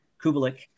Kubalik